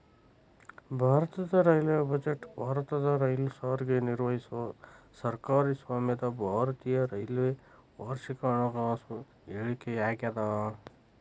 ಭಾರತದ railway budget ಭಾರತದ ರೈಲು ಸಾರಿಗೆ ನಿರ್ವಹಿಸೊ ಸರ್ಕಾರಿ ಸ್ವಾಮ್ಯದ ಭಾರತೇಯ ರೈಲ್ವೆ ವಾರ್ಷಿಕ ಹಣಕಾಸು ಹೇಳಿಕೆಯಾಗ್ಯಾದ